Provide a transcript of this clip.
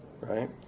right